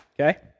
okay